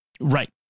Right